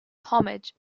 homage